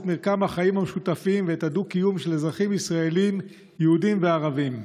מרקם החיים המשותפים ואת הדו-קיום של אזרחים ישראלים יהודים וערבים.